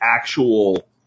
actual